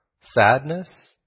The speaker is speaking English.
sadness